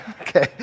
okay